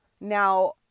Now